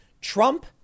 Trump